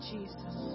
Jesus